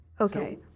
Okay